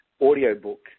audiobook